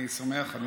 אני שמח.